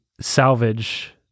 salvage